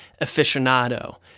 aficionado